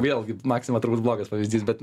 vėlgi maksima turbūt blogas pavyzdys bet